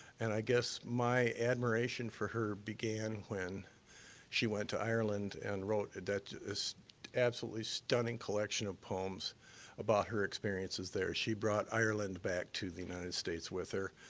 and i guess my admiration for her began when she went to ireland and wrote that absolutely stunning collection of poems about her experiences there. she brought ireland back to the united states with her.